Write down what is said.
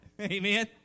Amen